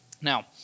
Now